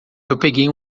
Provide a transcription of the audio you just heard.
peguei